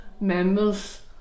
members